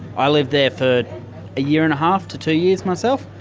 i lived there for a year and a half to two years myself.